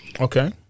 Okay